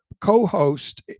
co-host